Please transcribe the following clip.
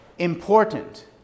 Important